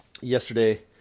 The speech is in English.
yesterday